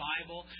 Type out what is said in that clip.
Bible